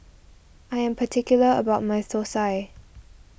I am particular about my Thosai